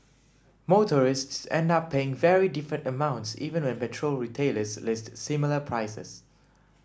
motorists end up paying very different amounts even when petrol retailers list similar prices